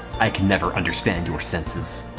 i can never understand your senses